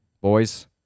boys